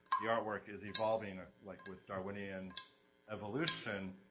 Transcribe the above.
the artwork is evolving, like with darwinian evolution,